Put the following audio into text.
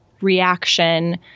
reaction